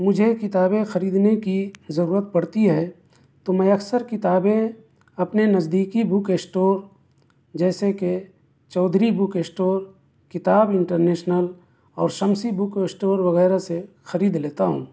مجھے کتابیں خریدنے کی ضرورت پڑتی ہے تو میں اکثر کتابیں اپنے نزدیکی بک اسٹور جیسے کہ Chaudhary book store Kitab International اور شمسی بک اسٹور وغیرہ سے خرید لیتا ہوں